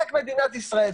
רק מדינת ישראל,